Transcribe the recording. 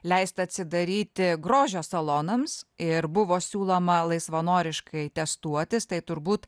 leista atsidaryti grožio salonams ir buvo siūloma laisvanoriškai testuotis tai turbūt